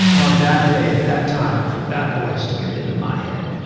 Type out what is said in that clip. on that day at that time, for that voice to come into my head.